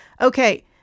okay